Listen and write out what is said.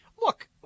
Look